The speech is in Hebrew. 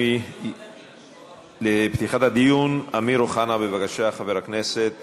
לפתיחת הדיון, חבר הכנסת